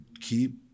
Keep